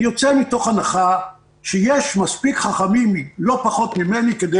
אני יוצא מתוך הנחה שיש מספיק חכמים לא פחות ממני כדי